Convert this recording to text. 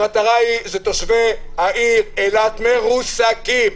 המטרה היא תושבי העיר אילת שהם מרוסקים,